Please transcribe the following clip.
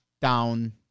down